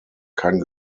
kein